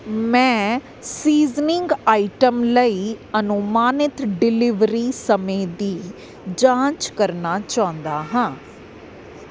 ਮੈਂ seasoning item ਲਈ ਅਨੁਮਾਨਿਤ ਡਿਲੀਵਰੀ ਸਮੇਂ ਦੀ ਜਾਂਚ ਕਰਨਾ ਚਾਹੁੰਦਾ ਹਾਂ